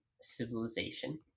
civilization